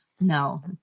No